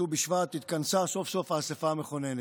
ט"ו בשבט, התכנסה סוף-סוף האספה המכוננת.